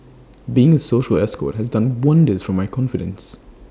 being A social escort has done wonders for my confidence